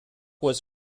was